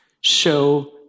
show